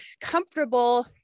comfortable